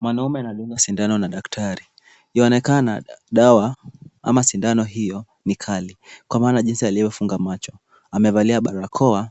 Mwanaume anadungwa sindano na daktari. Yuaonekana dawa ama sindano hiyo ni kali kwa maana jinsi aliyofunga macho. Amevalia barakoa